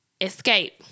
escape